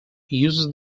uses